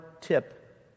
tip